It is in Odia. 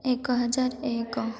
ଏକ ହଜାର ଏକ